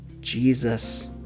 Jesus